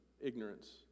ignorance